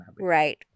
Right